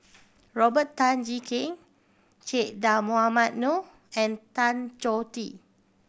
Robert Tan Jee Keng Che Dah Mohamed Noor and Tan Choh Tee